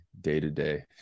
day-to-day